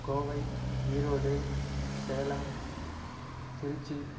Kovai Erode Salem Trichy